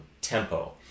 tempo